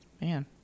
Man